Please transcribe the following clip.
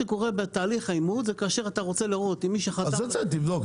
בתהליך האימות אתה רוצה לראות שמי שחתם --- את זה תבדוק,